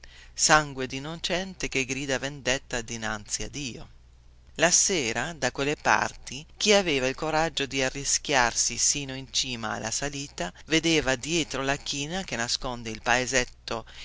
sangue dinnocente che grida vendetta dinanzi a dio la sera da quelle parti chi aveva il coraggio di arrischiarsi sino in cima alla salita vedeva dietro la china che nasconde il paesetto